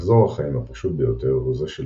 מחזור החיים הפשוט ביותר הוא זה של